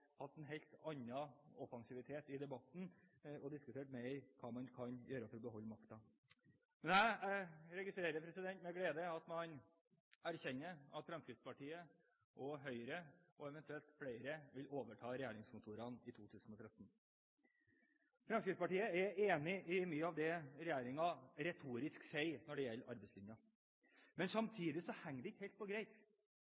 hatt en helt annen offensivitet i debatten og diskutert mer hva man kan gjøre for å beholde makten. Men jeg registrerer med glede at man erkjenner at Fremskrittspartiet og Høyre, og eventuelt flere, vil overta regjeringskontorene i 2013. Fremskrittspartiet er enig i mye av det regjeringen retorisk sier når det gjelder arbeidslinja. Men